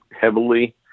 heavily